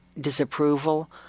disapproval